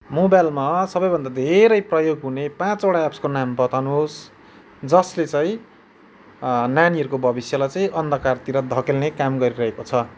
मोबाइलमा सबैभन्दा धेरै प्रयोग हुने पाँचवटा एप्सको नाम बताउनुहोस् जसले चाहिँ नानीहरूको भविष्यलाई चाहिँ अन्धकारमा धकेल्ने काम गरिरहेको छ